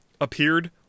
appeared